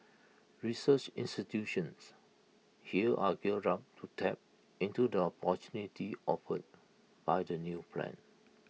research institutions here are geared up to tap into the opportunities offered by the new plan